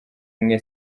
mwe